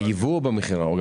בייבוא או במכירה?